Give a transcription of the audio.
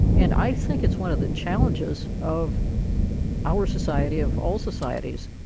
and i think it's one of the challenges of our society, of all societies,